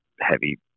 heavy